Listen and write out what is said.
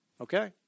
okay